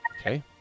Okay